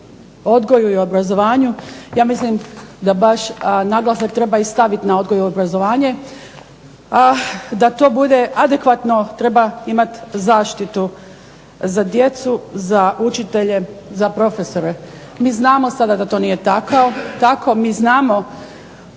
odgoju i obrazovanju ja mislim da baš naglasak treba i stavit na odgoj i obrazovanje, a da to bude adekvatno treba imati zaštitu za djecu, za učitelje, za profesore. Mi znamo sada da to nije tako. Mi znamo